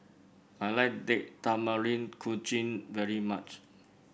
I like Date Tamarind Chutney very much